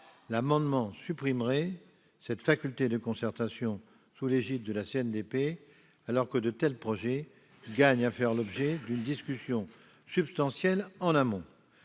amendement supprimerait cette faculté de concertation sous l'égide de la CNDP, alors que de tels projets gagnent à faire l'objet d'une discussion substantielle en amont.